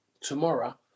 tomorrow